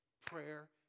Prayer